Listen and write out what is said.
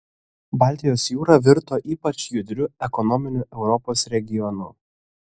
baltijos jūra virto ypač judriu ekonominiu europos regionu